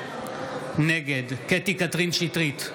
נגד קטי קטרין שטרית,